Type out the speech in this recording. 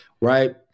Right